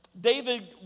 David